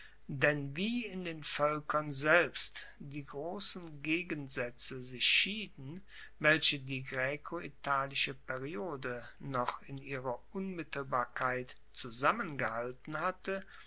denn wie in den voelkern selbst die grossen gegensaetze sich schieden welche die graecoitalische periode noch in ihrer unmittelbarkeit zusammengehalten hatte